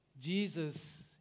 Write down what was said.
Jesus